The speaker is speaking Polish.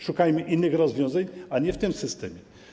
Szukajmy innych rozwiązań, a nie w tym systemie.